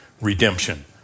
redemption